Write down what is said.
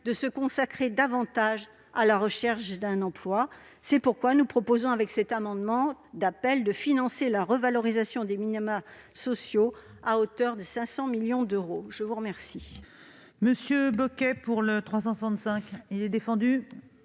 de se consacrer davantage à la recherche d'un emploi. C'est pourquoi nous proposons, avec cet amendement d'appel, de financer une revalorisation des minima sociaux à hauteur de 500 millions d'euros. L'amendement